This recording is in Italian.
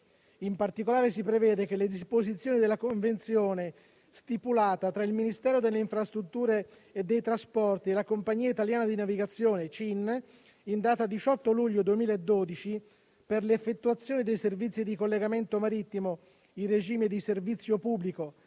In particolare, si prevede che le disposizioni della convenzione stipulata tra il Ministero delle infrastrutture e dei trasporti e la Compagnia italiana di navigazione (CIN), in data 18 luglio 2012, per l'effettuazione dei servizi di collegamento marittimo in regime di servizio pubblico